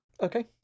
Okay